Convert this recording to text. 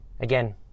Again